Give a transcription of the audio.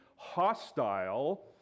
hostile